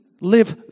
live